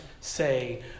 say